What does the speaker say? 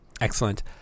excellent